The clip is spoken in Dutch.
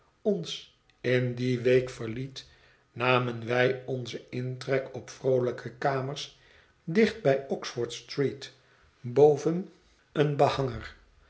ons in die week verliet namen wij onzen intrek op vroolijke kamers dicht bij oxford-street boven een behanger